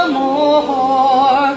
more